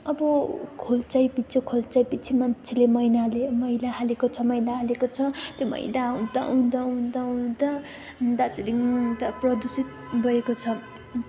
अब खोल्सैपिछे खोल्सैपिछे मान्छेले मैलो मैला हालेको छ मैला हालेको छ त्यो मैला हुँदा हुँदा हुँदा हुँदा दार्जिलिङ त प्रदूषित भएको छ